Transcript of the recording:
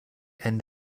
end